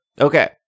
Okay